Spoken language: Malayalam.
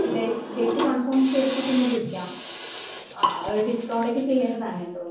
ഡേയ്സ് ഡേറ്റ് കൺഫേം ചെയ്തിട്ട് പിന്നെ വിളിക്കാം ആ ആ ഡിസ്കൗണ്ട് ഒക്കെ ചെയ്യേണ്ടതാണ് കേട്ടോ